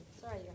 Sorry